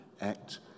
act